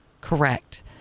Correct